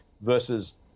versus